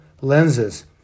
lenses